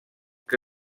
que